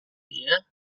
dia